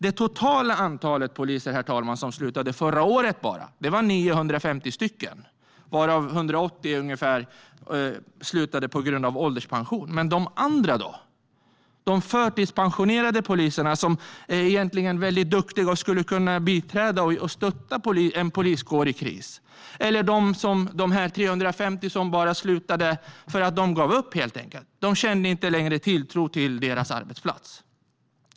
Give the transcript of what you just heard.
Det totala antalet poliser som slutade bara förra året var 950, varav ungefär 180 slutade på grund av ålderspension. Men de andra då? Det handlar om de förtidspensionerade poliserna, som är mycket duktiga och som skulle kunna biträda och stötta en poliskår i kris, och om de 350 som slutade för att de helt enkelt gav upp och inte längre kände tilltro till sin arbetsplats.